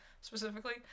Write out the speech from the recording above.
specifically